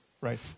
Right